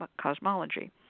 cosmology